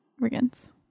Riggins